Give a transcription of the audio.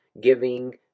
giving